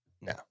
No